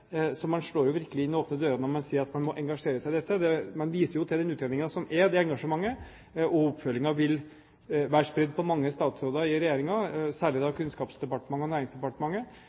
Så man slår jo virkelig inn åpne dører når man sier at man må engasjere seg i dette. Man viser jo til den utredningen, og engasjementet og oppfølgingen vil være spredt på mange statsråder i regjeringen, særlig da Kunnskapsdepartementet og Næringsdepartementet,